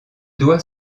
doit